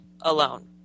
alone